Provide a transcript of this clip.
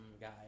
guy